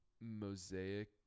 mosaic